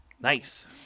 Nice